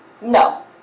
No